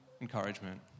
encouragement